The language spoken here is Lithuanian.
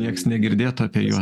nieks negirdėtų apie juos